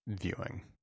viewing